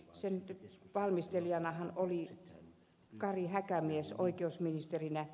sen valmistelijanahan oli kari häkämies oikeusministerinä